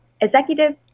executive